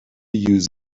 use